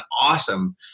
awesome